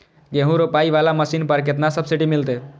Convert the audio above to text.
गेहूं रोपाई वाला मशीन पर केतना सब्सिडी मिलते?